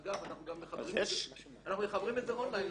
אגב, אנחנו גם מחברים את זה און-ליין.